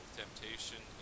temptation